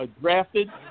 drafted